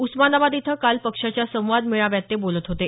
उस्मानाबाद इथं काल पक्षाच्या संवाद मेळाव्यात ते बोलत होते